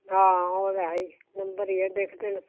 ਹਾਂ ਉਹ ਤਾਂ ਹੈ ਹੀ ਨੰਬਰ ਹੀ ਹੈ ਦੇਖਦੇ ਨੇ